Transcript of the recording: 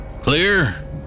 Clear